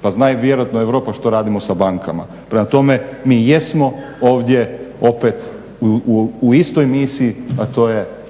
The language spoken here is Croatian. Pa zna i vjerojatno Europa što radimo sa bankama. Prema tome mi jesmo ovdje opet u istoj misiji a to je